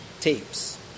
tapes